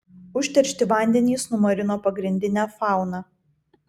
užteršti vandenys numarino pagrindinę fauną